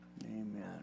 Amen